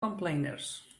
complainers